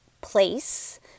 place